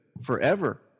forever